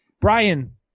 Brian